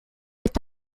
est